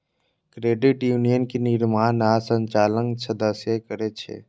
credit union के निर्माण आ संचालन सदस्ये करै छै